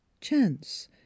chance